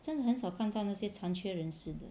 真的很少看到那些残缺人的